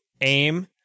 aim